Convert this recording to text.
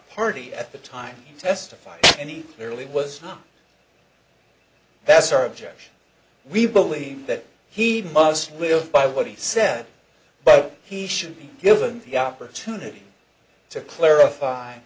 party at the time he testified any clearly was not that's our objection we believe that he must live by what he said but he should be given the opportunity to clarify